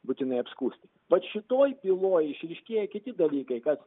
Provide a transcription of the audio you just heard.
būtinai apskųsti vat šitoj tyloj išryškėja kiti dalykai kad